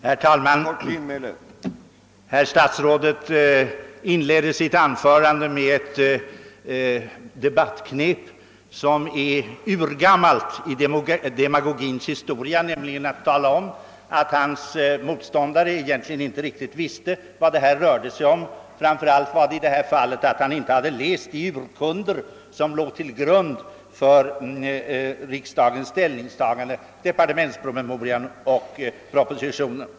Herr talman! Herr statsrådet inledde sitt anförande med ett debattknep som är urgammalt i demagogins historia, nämligen att säga att hans motståndare egentligen inte riktigt vet vad det rör sig om och i detta fall inte har läst de urkunder som skall ligga till grund för riksdagens ställningstagande, nämligen departementspromemorian och propositionen.